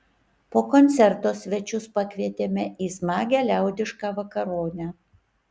po koncerto svečius pakvietėme į smagią liaudišką vakaronę